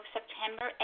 September